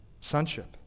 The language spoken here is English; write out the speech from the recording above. sonship